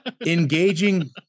engaging